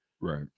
Right